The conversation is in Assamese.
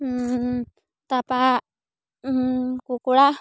তাপা কুকুৰা